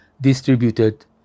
distributed